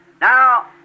Now